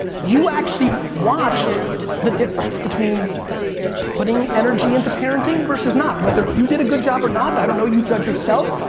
you actually watched the difference between putting energy into parenting versus not. whether you did a good job or not, i don't know, you judge yourself,